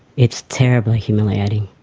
it's terribly humiliating.